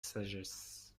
sagesse